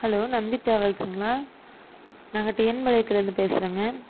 hello Nandi ட்ராவல்ஸுங்களா நாங்கள் டின்பாளையத்திலருந்து பேசுகிறோங்க